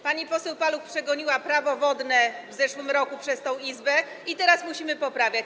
Pani poseł Paluch przegoniła Prawo wodne w zeszłym roku przez tę Izbę i teraz musimy je poprawiać.